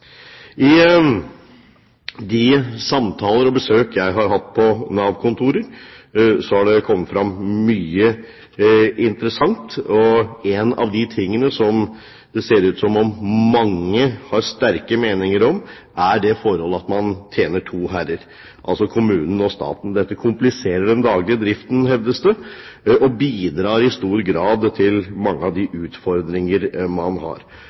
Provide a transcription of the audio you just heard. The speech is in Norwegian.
I de samtaler og under de besøk jeg har hatt på Nav-kontorer, har det kommet frem mye interessant, og av de tingene som det ser ut til at mange har sterke meninger om, er det forhold at man tjener to herrer – altså kommunen og staten. Dette kompliserer den daglige driften, hevdes det, og bidrar i stor grad til mange av de utfordringene man har.